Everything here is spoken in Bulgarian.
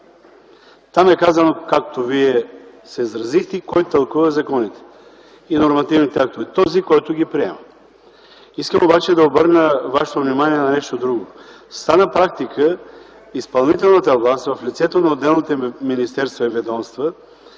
Там е казано, както Вие се изразихте, кой тълкува законите и нормативните актове, този, който ги приема. Искам да обърна вашето внимание и на нещо друго. Стана практика изпълнителната власт в лицето на отделните министерства и ведомства